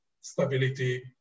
stability